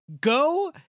go